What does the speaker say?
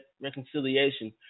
reconciliation